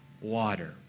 water